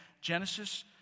Genesis